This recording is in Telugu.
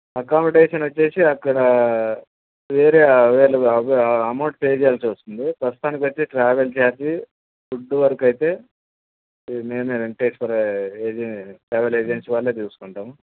అకామడేషన్ వచ్చేసి అక్కడ వేరే వే అమౌంట్ పే చేయాల్సి వస్తుంది ప్రస్తుతానికి వచ్చి ట్రావెల్ ఛార్జీ ఫుడ్డు వరుకైతే నేనే వెంకటేశ్వరా ఏజె ట్రావెల్ ఏజెన్సీ వాళ్ళే చూస్కుంటాము